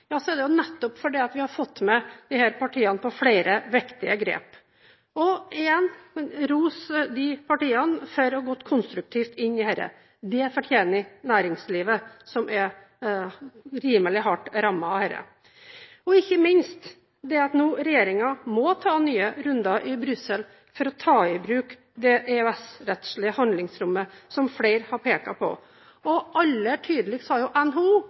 er det nettopp fordi vi har fått disse partiene med på flere viktige grep. Jeg vil igjen rose de partiene for å ha gått konstruktivt inn i dette. Det fortjener næringslivet, som er rimelig hardt rammet av dette – ikke minst det at regjeringen nå må ta nye runder i Brussel for å ta i bruk det EØS-rettslige handlingsrommet, som flere har pekt på. Aller tydeligst har NHO